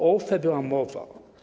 O OFE była mowa.